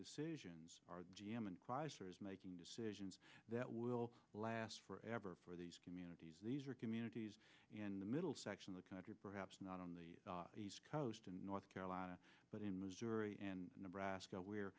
decisions g m and chrysler is making decisions that will last forever for these communities these are communities in the middle section of the country perhaps not on the coast in north carolina but in missouri and nebraska where